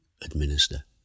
administer